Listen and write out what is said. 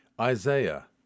Isaiah